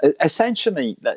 Essentially